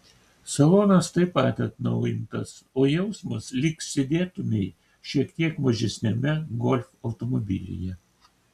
salonas taip pat atnaujintas o jausmas lyg sėdėtumei šiek tiek mažesniame golf automobilyje